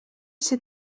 ser